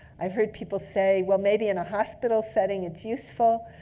i've heard people say, well, maybe in a hospital setting, it's useful.